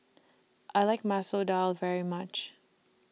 I like Masoor Dal very much